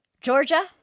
georgia